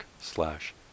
slash